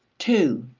two.